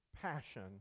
passion